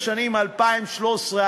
לפי הסקרים שעשינו ב-2013,